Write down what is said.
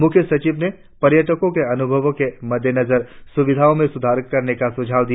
मुख्य सचिव ने पर्यटको के अनुभव के मद्देनजर सुविधाओं का सुधार करने का सुझाव दिया